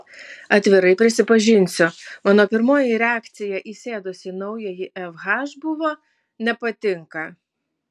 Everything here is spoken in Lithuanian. atvirai prisipažinsiu mano pirmoji reakcija įsėdus į naująjį fh buvo nepatinka